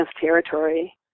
territory